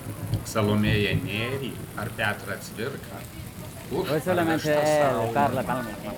salomėją nėrį ar petrą cvirką už parvežtą saulę